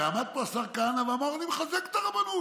הרי עמד פה השר כהנא ואמר: אני מחזק את הרבנות,